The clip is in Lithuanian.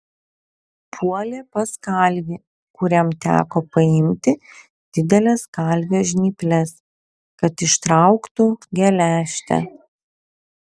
puolė pas kalvį kuriam teko paimti dideles kalvio žnyples kad ištrauktų geležtę